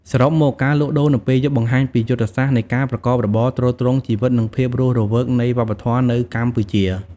សរុបមក ការលក់ដូរនៅពេលយប់បង្ហាញពីយុទ្ធសាស្ត្រនៃការប្រកបរបរទ្រទ្រង់ជីវិត និងភាពរស់រវើកនៃវប្បធម៌នៅកម្ពុជា។